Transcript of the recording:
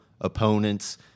opponents